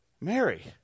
Mary